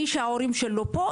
מי שההורים שלו פה,